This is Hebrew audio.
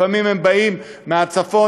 לפעמים הם באים מהצפון,